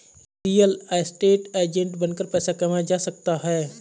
real estate agent बनकर पैसा कमाया जा सकता है